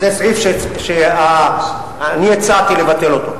זה סעיף שאני הצעתי לבטל אותו.